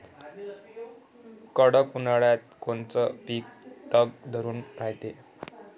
कडक उन्हाळ्यात कोनचं पिकं तग धरून रायते?